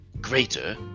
greater